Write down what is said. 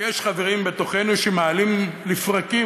יש חברים בתוכנו שמעלים לפרקים,